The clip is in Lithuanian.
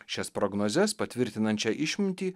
šias prognozes patvirtinančią išmintį